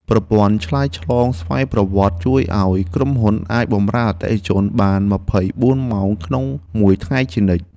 ប្រព័ន្ធឆ្លើយឆ្លងស្វ័យប្រវត្តិជួយឱ្យក្រុមហ៊ុនអាចបម្រើអតិថិជនបានម្ភៃបួនម៉ោងក្នុងមួយថ្ងៃជានិច្ច។